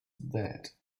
that